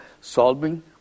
solving